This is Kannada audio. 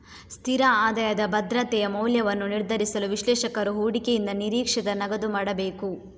ಸ್ಥಿರ ಆದಾಯದ ಭದ್ರತೆಯ ಮೌಲ್ಯವನ್ನು ನಿರ್ಧರಿಸಲು, ವಿಶ್ಲೇಷಕರು ಹೂಡಿಕೆಯಿಂದ ನಿರೀಕ್ಷಿತ ನಗದು ಮಾಡಬೇಕು